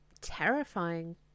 terrifying